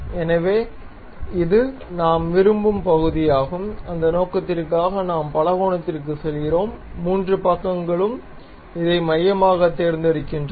எனவே இது நாம் விரும்பும் பகுதியாகும் அந்த நோக்கத்திற்காக நாம் பலகோணத்திற்குச் செல்கிறோம் 3 பக்கங்களும் இதை மையமாகத் தேர்ந்தெடுக்கின்றன